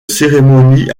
cérémonie